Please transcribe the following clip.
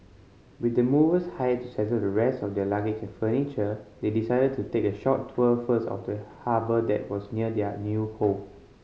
with the movers hired to settle the rest of their luggage and furniture they decided to take a short tour first of the harbour that was near their new home